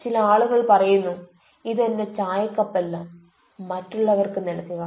ചില ആളുകൾ പറയുന്നു ഇത് എന്റെ ചായക്കപ്പല്ല മറ്റുള്ളവർക്ക് നൽകുക